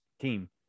team